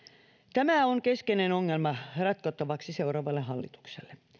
tämä on keskeinen ongelma ratkottavaksi seuraavalle hallitukselle